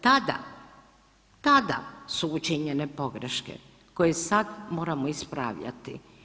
Tada, tada su učinjene pogreške koje sad moramo ispravljati.